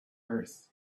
earth